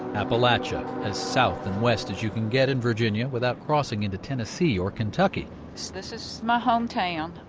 appalachia, as south and west as you can get in virginia without crossing into tennessee or kentucky this is my hometown.